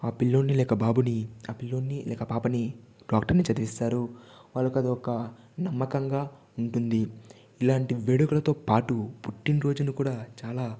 ఆ పిల్లోడ్ని లేక బాబుని ఆ పిల్లోడ్ని లేక పాపని డాక్టర్ని చదివిస్తారు వాళ్ళకి అదొక నమ్మకంగా ఉంటుంది ఇలాంటి వేడుకలతో పాటు పుట్టినరోజును కూడా చాలా